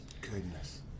goodness